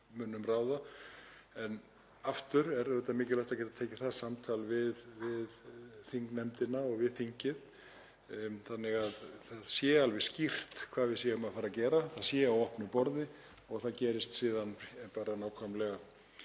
En aftur er auðvitað mikilvægt að geta tekið það samtal við þingnefndina og við þingið þannig að það sé alveg skýrt hvað við erum að fara að gera, það sé á opnu borði og gerist síðan nákvæmlega